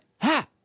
ha